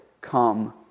come